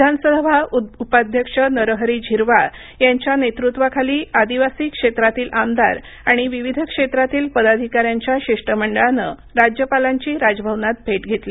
विधानसभा उपाध्यक्ष नरहरी झिरवाळ यांच्या नेतृत्वाखाली आदिवासी क्षेत्रातील आमदार आणि विविध क्षेत्रातील पदाधिकाऱ्यांच्या शिष्टमंडळानं राज्यपालांची राजभवनात भेट घेतली